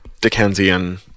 Dickensian